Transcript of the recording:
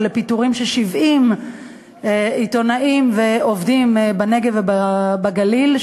ולפיטורים של 70 עיתונאים ועובדים בנגב ובגליל,